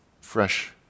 fresh